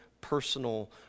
personal